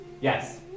Yes